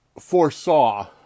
foresaw